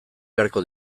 beharko